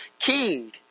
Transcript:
king